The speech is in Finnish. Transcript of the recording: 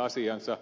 asiansa